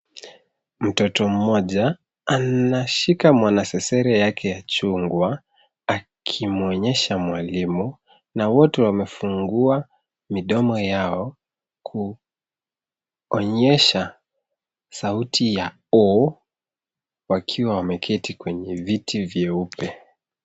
Mtoto mmoja anashika mwanasesere yake ya chungwa akimwonyesha mwalimu na wote wamefungua midomo yao kuonyesha sauti ya O wakiwa wameketi kwenye viti vyeupe.